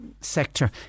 sector